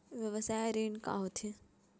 व्यवसाय ऋण का होथे?